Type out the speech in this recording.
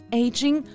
aging